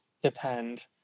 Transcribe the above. depend